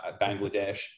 Bangladesh